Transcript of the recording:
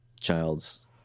child's